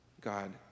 God